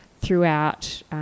throughout